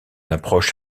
approche